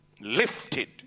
Lifted